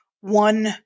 One